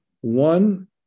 one